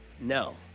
No